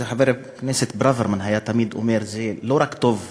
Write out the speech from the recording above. זה חבר הכנסת ברוורמן שהיה תמיד אומר שזה לא רק טוב לערבים,